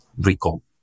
recall